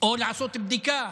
או לעשות בדיקה.